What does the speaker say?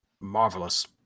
Marvelous